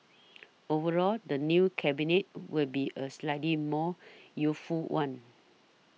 overall the new Cabinet will be a slightly more youthful one